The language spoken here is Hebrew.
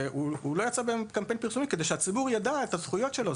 הוא לא יצא בקמפיין פרסומי כדי שהציבור יידע את הזכויות שלו.